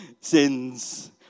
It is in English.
sins